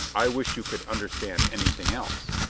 i wish you could under stand anything else.